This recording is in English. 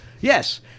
Yes